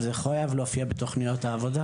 וזה חייב להופיע בתוכניות העבודה